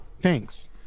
Thanks